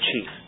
chief